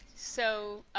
so